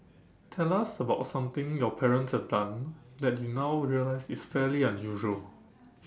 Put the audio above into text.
tell us about something your parents have done that you now realize is fairly unusual